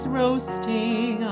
roasting